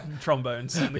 trombones